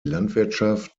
landwirtschaft